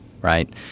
right